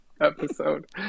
episode